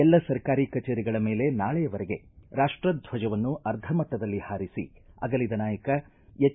ಎಲ್ಲ ಸರ್ಕಾರಿ ಕಚೇರಿಗಳ ಮೇಲೆ ನಾಳೆ ವರೆಗೆ ರಾಷ್ವದ್ವಜವನ್ನು ಅರ್ಧ ಮಟ್ಟದಲ್ಲಿ ಹಾರಿಸಿ ಅಗಲಿದ ನಾಯಕ ಎಚ್